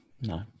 No